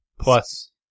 plus